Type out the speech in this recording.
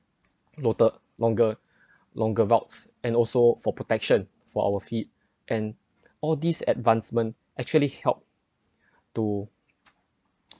lota~ longer longer routes and also for protection for our feet and all these advancements actually helped to